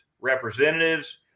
representatives